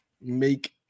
make